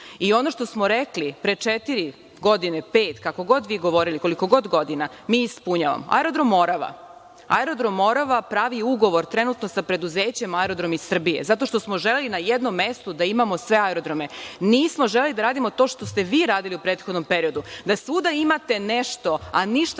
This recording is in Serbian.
I ono što smo rekli pre četiri godine, pet, kako god vi govorili, koliko god godina, mi ispunjavamo. Aerodrom „Morava“ pravi ugovor trenutno sa preduzećem „Aerodromi Srbije“ zato što smo želeli na jednom mestu da imamo sve aerodrome. Nismo želeli da radimo to što ste vi radili u prethodnom periodu, da svuda imate nešto, a ništa